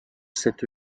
cette